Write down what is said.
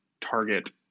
target